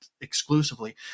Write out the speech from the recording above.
exclusively